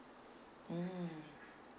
mm